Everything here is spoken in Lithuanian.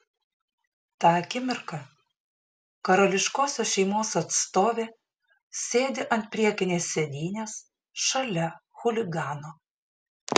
tą akimirką karališkosios šeimos atstovė sėdi ant priekinės sėdynės šalia chuligano